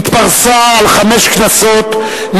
התפרסה על חמש כנסות,